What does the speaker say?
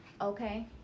okay